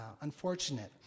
unfortunate